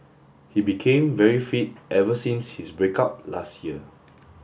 he became very fit ever since his break up last year